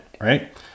right